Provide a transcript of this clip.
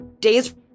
days